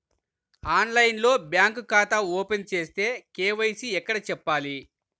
ఆన్లైన్లో బ్యాంకు ఖాతా ఓపెన్ చేస్తే, కే.వై.సి ఎక్కడ చెప్పాలి?